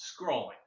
scrolling